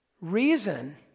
reason